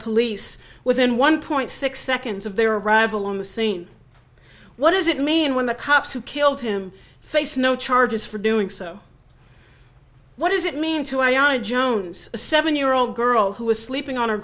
police within one point six seconds of their arrival on the scene what does it mean when the cops who killed him face no charges for doing so what does it mean to ayana jones a seven year old girl who was sleeping on her